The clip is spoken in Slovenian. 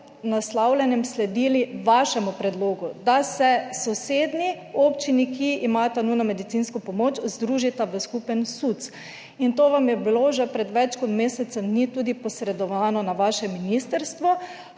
naslavljanjem sledili vašemu predlogu, da se sosednji občini, ki imata nujno medicinsko pomoč, združita v skupen SUC. To vam je bilo že pred več kot mesecem dni tudi posredovano na vaše ministrstvo